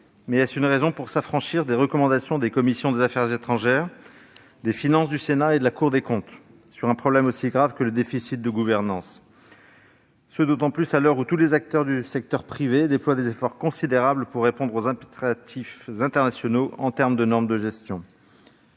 pour autant une raison pour s'affranchir des recommandations des commissions des affaires étrangères et des finances du Sénat, ainsi que de la Cour des comptes, sur un problème aussi grave que le déficit de gouvernance, alors même que tous les acteurs du secteur privé déploient actuellement des efforts considérables pour répondre aux impératifs internationaux en termes de normes de gestion